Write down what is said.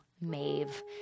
Maeve